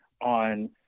on